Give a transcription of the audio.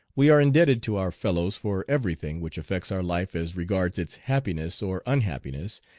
we are indebted to our fellows for every thing which affects our life as regards its happiness or unhappiness,